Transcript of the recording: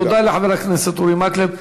תודה לחבר הכנסת אורי מקלב.